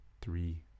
three